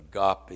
agape